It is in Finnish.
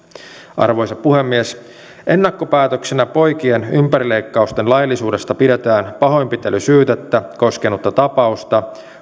arvoisa puhemies ennakkopäätöksenä poikien ympärileikkausten laillisuudesta pidetään pahoinpitelysyytettä koskenutta tapausta